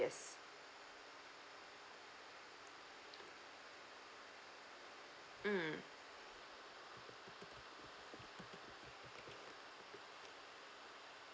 yes mm